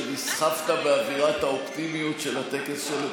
שנסחפת באווירת האופטימיות של הטקס של אתמול.